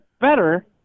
better